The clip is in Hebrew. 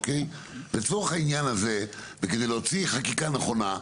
לצורך העניין הזה וכדי להוציא חקיקה נכונה.